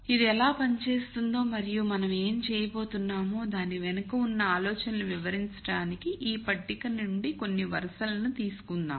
ఇది ఎలా పనిచేస్తుందో మరియు మనం ఏమి చేయబోతున్నామో దాని వెనుక ఉన్న ఆలోచనలను వివరించడానికి ఈ పట్టిక నుండి కొన్ని వరుసలను తీసుకుందాం